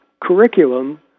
curriculum